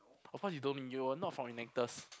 of course you don't mean you were not from Enactus